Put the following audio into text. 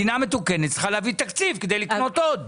מדינה מתוקנת צריכה להביא תקציב כדי לקנות עוד.